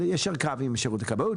וליישר קו עם שירות הכבאות.